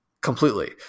completely